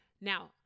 Now